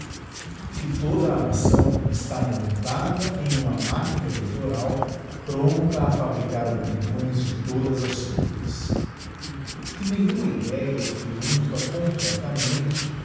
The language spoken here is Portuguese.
que toda a nação digiti zedby google está montada em uma machina eleitoral prompta a fabricar opiniões de todas as cores que nenhuma idéa triumpha completamente